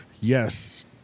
Yes